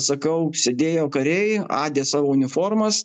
sakau sėdėjo kariai adė savo uniformas